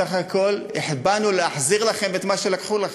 בסך הכול באנו להחזיר לכם את מה שלקחו מכם.